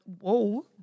Whoa